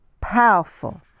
powerful